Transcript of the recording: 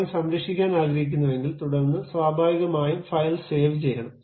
drawing സംരക്ഷിക്കാൻ ആഗ്രഹിക്കുന്നുവെങ്കിൽ തുടർന്ന് സ്വാഭാവികമായും ഫയൽ സേവ് ചെയ്യണം